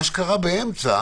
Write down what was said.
מה שקרה באמצע